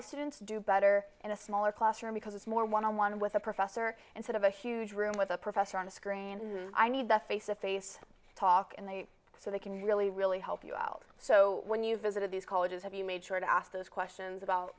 of students do better in a smaller classroom because it's more one on one with a professor and sort of a huge room with a professor on the screen and i need the face to face talk and they so they can really really help you out so when you visited these colleges have you made sure to ask those questions about